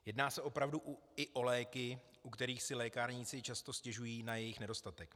Jedná se opravdu i o léky, u kterých si lékárníci často stěžují na jejich nedostatek.